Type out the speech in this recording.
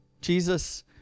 Jesus